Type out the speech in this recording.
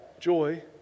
joy